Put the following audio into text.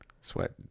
sweat